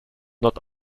not